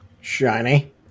Shiny